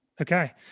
Okay